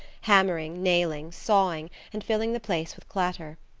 hammering, nailing, sawing, and filling the place with clatter.